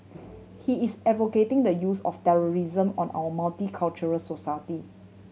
he is advocating the use of terrorism on our multicultural society